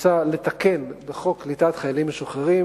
מוצע לתקן בחוק קליטת חיילים משוחררים